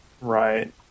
Right